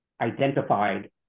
identified